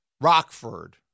Rockford